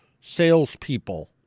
salespeople